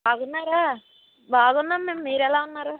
బాగున్నారా బాగున్నాం మేము మీరు ఎలా ఉన్నారు